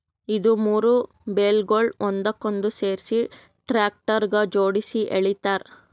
ಇದು ಮೂರು ಬೇಲ್ಗೊಳ್ ಒಂದಕ್ಕೊಂದು ಸೇರಿಸಿ ಟ್ರ್ಯಾಕ್ಟರ್ಗ ಜೋಡುಸಿ ಎಳಿತಾರ್